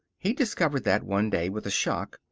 he discovered that one day, with a shock,